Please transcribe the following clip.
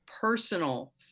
personal